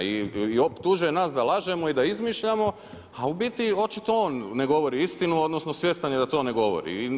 I optužuje nas da lažemo i da izmišljamo, a u biti očito on ne govori istinu, odnosno svjestan je da to ne govori.